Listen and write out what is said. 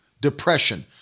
depression